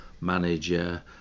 manager